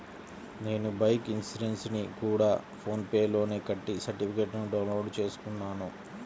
నేను బైకు ఇన్సురెన్సుని గూడా ఫోన్ పే లోనే కట్టి సర్టిఫికేట్టుని డౌన్ లోడు చేసుకున్నాను